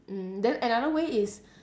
mm then another way is